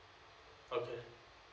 okay